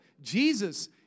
Jesus